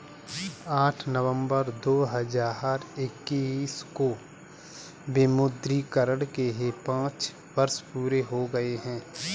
आठ नवंबर दो हजार इक्कीस को विमुद्रीकरण के पांच वर्ष पूरे हो गए हैं